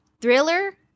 Thriller